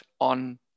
on